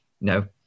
No